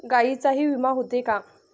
गायींचाही विमा होते का?